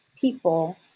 people